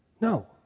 No